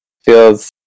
feels